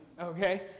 Okay